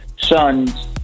sons